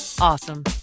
awesome